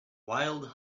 wild